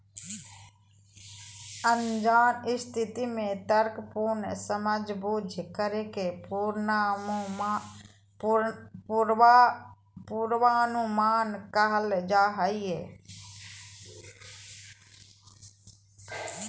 अनजान स्थिति में तर्कपूर्ण समझबूझ करे के पूर्वानुमान कहल जा हइ